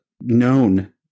known